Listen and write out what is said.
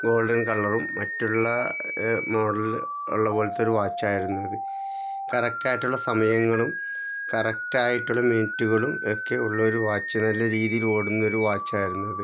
golden കളറും മറ്റുള്ള model ഉള്ള പോലത്തൊരു വാച്ചായിരുന്നത് കറക്റ്റായിട്ടുള്ള സമയങ്ങളും കറക്റ്റായിട്ടുള്ള മിനിറ്റുകളും ഒക്കെ ഉള്ളൊരു വാച്ച് നല്ല രീതിയിൽ ഓടുന്നൊരു വാച്ചായിരുന്നത്